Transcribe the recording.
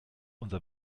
unser